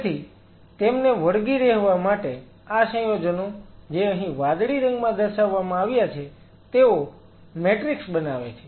તેથી તેમને વળગી રહેવા માટે આ સંયોજનો જે અહીં વાદળી રંગમાં દર્શાવવામાં આવ્યા છે તેઓ મેટ્રિક્સ બનાવે છે